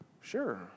Sure